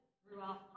throughout